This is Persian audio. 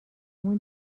مون